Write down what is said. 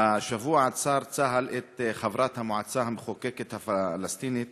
השבוע עצר צה"ל את חברת המועצה המחוקקת הפלסטינית